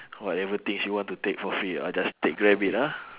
whatever things you want to take for free all just take grab it ah